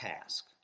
task